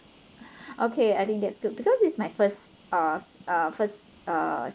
okay I think that's good because it's my first uh uh first uh